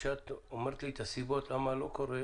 כשאת אומרת לי את הסיבות למה זה לא קורה,